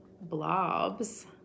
blobs